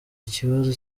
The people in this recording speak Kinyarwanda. ikibazo